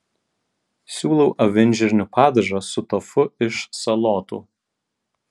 siūlau avinžirnių padažą su tofu iš salotų